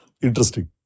interesting